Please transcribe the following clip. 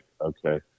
okay